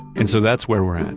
and so that's where we're at.